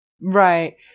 Right